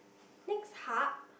next hub